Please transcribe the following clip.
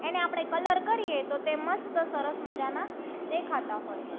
એને આપણે કલર કરીએ તો તે મસ્ત સરસ મજાનાં દેખાતાં હોય છે